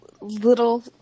little